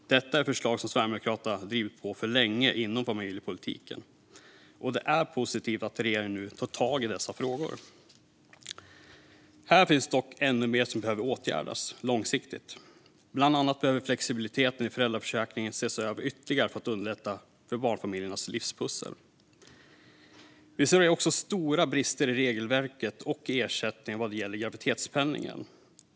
Detta är förslag inom familjepolitiken som Sverigedemokraterna länge drivit på för. Det är positivt att regeringen nu tar tag i dessa frågor. Här finns dock ännu mer som behöver åtgärdas långsiktigt. Bland annat behöver flexibiliteten i föräldraförsäkringen ses över ytterligare för att underlätta för barnfamiljernas livspussel. Vi ser också stora brister i regelverket för ersättning vad gäller graviditetspenningen.